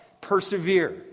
persevere